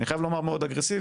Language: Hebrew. אני חייב לומר מאוד אגרסיבי.